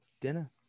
dinner